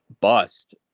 bust